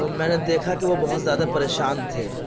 تو میں نے دیکھا کہ وہ بہت زیادہ پریشان تھے